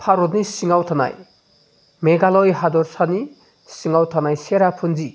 भारतनि सिङाव थानाय मेघालय हादरसानि सिङाव थानाय सेरापुन्जि